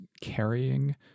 carrying